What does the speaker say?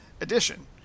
edition